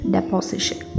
Deposition